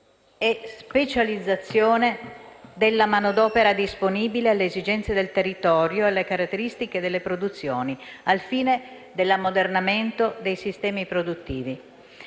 e specializzazione della manodopera disponibile alle esigenze del territorio e alle caratteristiche delle produzioni, al fine dell'ammodernamento dei sistemi produttivi.